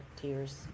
tears